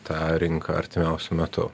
tą rinką artimiausiu metu